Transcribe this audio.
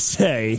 say